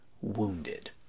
wounded